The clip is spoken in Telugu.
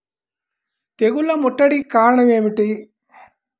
తెగుళ్ల ముట్టడికి కారణం ఏమిటి?